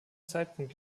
zeitpunkt